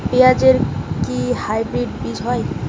পেঁয়াজ এর কি হাইব্রিড বীজ হয়?